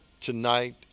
tonight